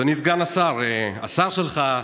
אדוני סגן השר, השר שלך,